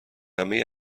همه